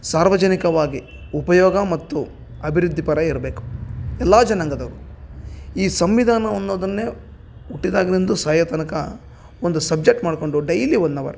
ಸಾರ್ವಜನಿಕವಾಗಿ ಉಪಯೋಗ ಮತ್ತು ಅಭಿವೃದ್ಧಿ ಪರ ಇರಬೇಕು ಎಲ್ಲಾ ಜನಾಂಗದವರು ಈ ಸಂವಿಧಾನ ಅನ್ನೋದನ್ನೇ ಹುಟ್ಟಿದಾಗ್ನಿಂದು ಸಾಯೋ ತನಕ ಒಂದು ಸಬ್ಜೆಕ್ಟ್ ಮಾಡ್ಕೊಂಡು ಡೈಲಿ ಒನ್ ಅವರ್